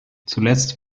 zuletzt